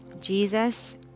Jesus